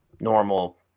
normal